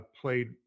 played